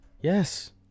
Yes